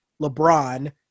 LeBron